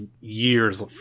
years